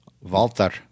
Walter